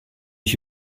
ich